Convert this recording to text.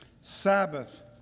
Sabbath